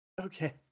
Okay